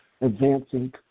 advancing